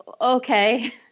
okay